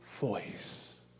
voice